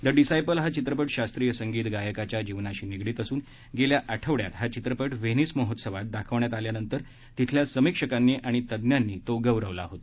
the disciple हा चित्रपट शास्रीय संगीत गायकाच्या जीवनाशी निगडीत असून गेल्या आठवड्यात हा चित्रपट व्हेनिस महोत्सवात दाखवण्यात आल्यानंतर तिथल्या समीक्षकांनी आणि तज्ञांनी गौरवला होता